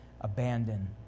abandon